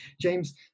James